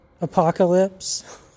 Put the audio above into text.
apocalypse